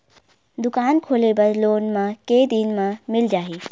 दुकान खोले बर लोन मा के दिन मा मिल जाही?